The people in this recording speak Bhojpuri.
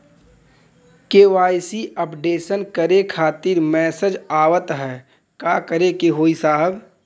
के.वाइ.सी अपडेशन करें खातिर मैसेज आवत ह का करे के होई साहब?